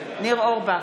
ניר אורבך,